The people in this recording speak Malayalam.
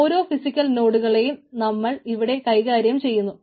ഓരോ ഫിസിക്കൽ നോടുകളെയും നമ്മൾ ഇവിടെ കൈകാര്യം ചെയ്യുന്നു